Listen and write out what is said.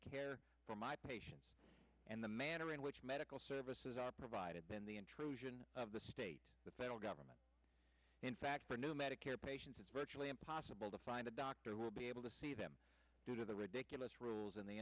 care for my patients and the manner in which medical services are provided than the intrusion of the state the federal government in fact for new medicare patients it's virtually impossible to find a doctor will be able to see them due to the ridiculous rules and the